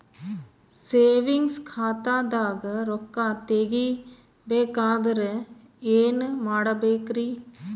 Savings ಖಾತಾದಾಗ ರೊಕ್ಕ ತೇಗಿ ಬೇಕಾದರ ಏನ ಮಾಡಬೇಕರಿ?